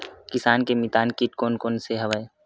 किसान के मितान कीट कोन कोन से हवय?